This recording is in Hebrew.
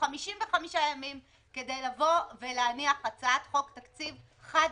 55 ימים כדי להניח הצעת חוק תקציב חד-שנתית,